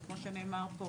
וכמו שנאמר פה,